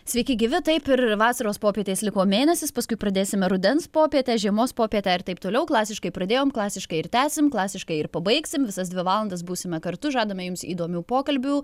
sveiki gyvi taip ir vasaros popietės liko mėnesis paskui pradėsime rudens popietę žiemos popietę ir taip toliau klasiškai pradėjom klasiškai ir tęsim klasiškai ir pabaigsim visas dvi valandas būsime kartu žadame jums įdomių pokalbių